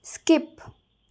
skip